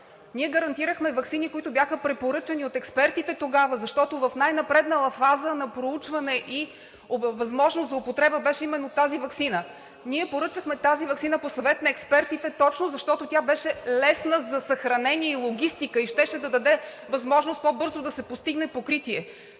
Ние гарантирахме ваксини, които бяха препоръчани от експертите тогава, защото в най-напреднала фаза на проучване и възможност за употреба беше именно тази ваксина. Ние поръчахме тази ваксина по съвет на експертите точно защото тя беше лесна за съхранение и логистика и щеше да даде възможност по-бързо да се постигне покритие.